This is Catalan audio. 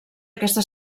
aquesta